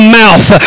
mouth